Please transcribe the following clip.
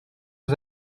aux